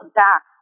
back